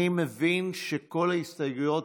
אני מבין שכל ההסתייגויות